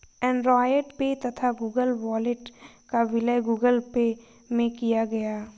Android Pay तथा Google Wallet का विलय गूगल पे में किया गया